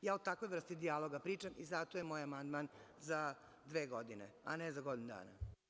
Ja o takvoj vrsti dijaloga pričam i zato je moj amandman za dve godine, a ne za godinu dana.